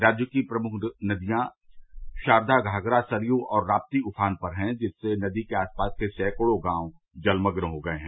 राज्य की प्रमुख नदियां शारदा घाघरा सरयू और राप्ती उफान पर है जिससे नदी के आसपास के सैकड़ों गांव जलमग्न हो गये हैं